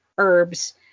herbs